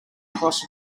cross